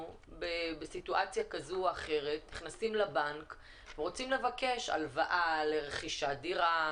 בסיטואציה כזו או אחרת נכנסים לבנק רוצים לבקש הלוואה לרכישת דירה,